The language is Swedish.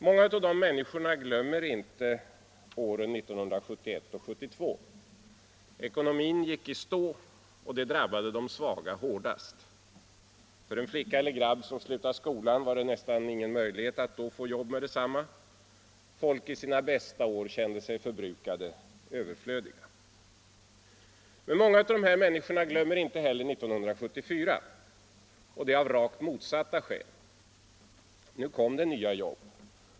Många av de människorna glömmer inte åren 1971 och 1972. Ekonomin gick i stå. Det drabbade de svaga hårdast. För en flicka eller grabb som slutade skolan fanns det nästan inga möjligheter att då få jobb med detsamma. Folk i sina bästa år kände sig förbrukade. Överflödiga. Många av dessa människor glömmer inte heller år 1974. Av rakt motsatta skäl. Nu kom det nya jobb.